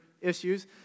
issues